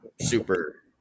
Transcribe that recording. super